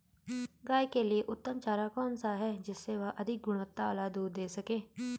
गाय के लिए उत्तम चारा कौन सा है जिससे वह अधिक गुणवत्ता वाला दूध दें सके?